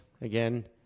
again